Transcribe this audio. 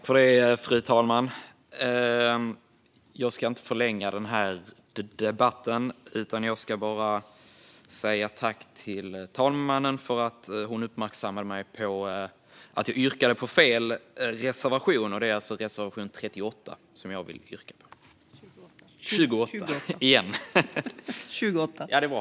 Fru talman! Jag ska inte förlänga debatten utan vill bara tacka fru talmannen, som uppmärksammade mig på att jag yrkade bifall till fel reservation. Det ska vara reservation 28.